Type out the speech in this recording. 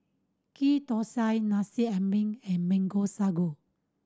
Ghee Thosai Nasi Ambeng and Mango Sago